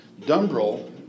Dumbrell